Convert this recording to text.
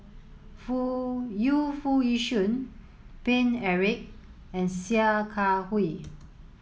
Foo Yu Foo Yee Shoon Paine Eric and Sia Kah Hui